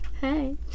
hey